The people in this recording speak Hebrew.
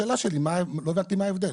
ופה השאלה שלי, לא הבנתי מה ההבדל?